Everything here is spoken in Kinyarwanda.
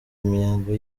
intego